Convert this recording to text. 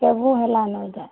ସବୁ ହେଲାନ ଇ'ଟା